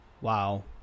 Wow